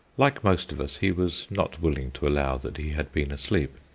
like most of us, he was not willing to allow that he had been asleep.